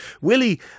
Willie